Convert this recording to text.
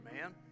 man